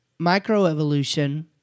microevolution